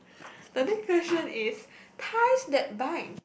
the next question is ties that bind